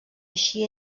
així